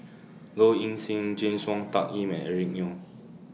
Low Ing Sing James Wong Tuck Yim and Eric Neo